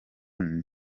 n’iri